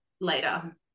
later